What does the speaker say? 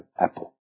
apple